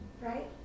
right